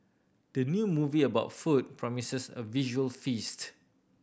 the new movie about food promises a visual feast